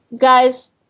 Guys